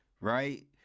right